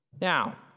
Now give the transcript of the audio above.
Now